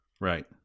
Right